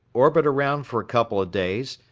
orbit around for a couple of days,